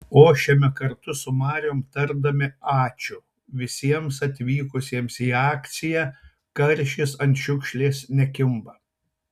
ošiame kartu su mariom tardami ačiū visiems atvykusiems į akciją karšis ant šiukšlės nekimba